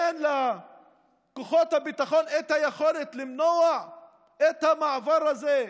אין לכוחות הביטחון את היכולת למנוע את המעבר הזה,